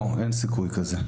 לא, אין סיכוי כזה.